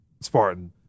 Spartan